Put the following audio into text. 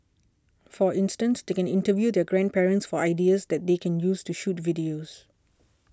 for instance they can interview their grandparents for ideas that they can use to shoot videos